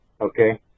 Okay